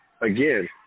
again